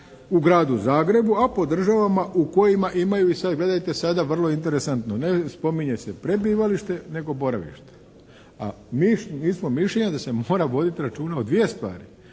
u Gradu Zagreba, a po državama u kojima imaju, i sad gledajte sada, vrlo interesantno. Ne spominje se prebivalište nego boravište. A mi smo mišljenja da se mora voditi računa o dvije stvari.